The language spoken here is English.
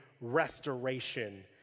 restoration